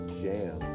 jam